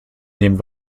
nehmen